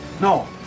no